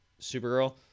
Supergirl